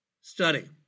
study